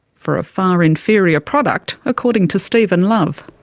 for a far inferior product, according to stephen love.